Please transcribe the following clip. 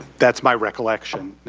that's my recollection,